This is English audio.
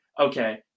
okay